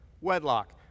wedlock